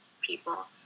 people